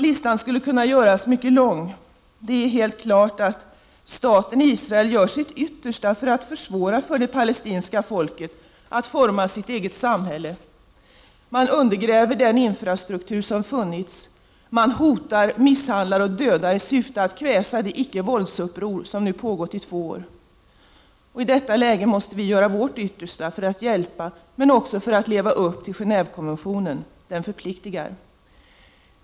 Listan skulle kunna göras mycket lång. Det är helt klart att staten Israel gör sitt yttersta för att försvåra för det palestinska folket att forma sitt eget samhälle. Man undergräver den infrastruktur som funnits, och man hotar, misshandlar och dödar i syfte att kväsa det icke-vålds-uppror som nu pågått i två år. I detta läge måste vi göra vårt yttersta för att hjälpa, men också för att leva upp till Genévekonventionen. Den förpliktigar.